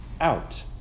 out